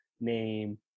name